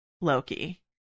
Loki